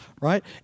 right